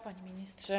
Panie Ministrze!